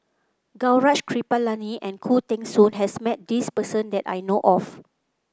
Gaurav Kripalani and Khoo Teng Soon has met this person that I know of